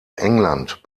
england